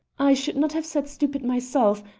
i should not have said stupid myself,